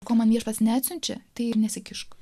ko man viešpats neatsiunčia tai ir nesikišk